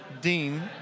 Dean